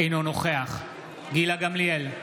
אינו נוכח גילה גמליאל,